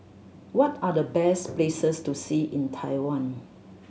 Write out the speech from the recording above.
what are the best places to see in Taiwan